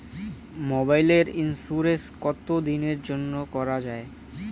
মোবাইলের ইন্সুরেন্স কতো দিনের জন্যে করা য়ায়?